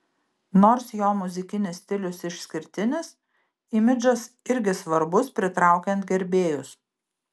nors jo muzikinis stilius išskirtinis imidžas irgi svarbus pritraukiant gerbėjus